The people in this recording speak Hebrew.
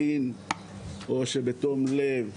ביודעין או שבתום לב,